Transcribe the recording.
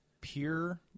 pure